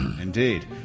indeed